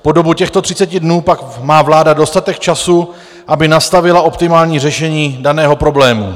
Po dobu těchto 30 dnů pak má vláda dostatek času, aby nastavila optimální řešení daného problému.